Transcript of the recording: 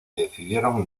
decidieron